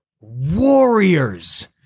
warriors